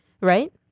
right